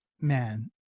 man